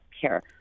care